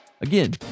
Again